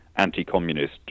anti-communist